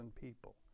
people